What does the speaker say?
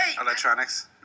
electronics